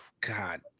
God